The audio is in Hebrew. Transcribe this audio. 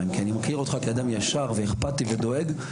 אני מכיר אותך כאדם ישר ואכפתי ודואג.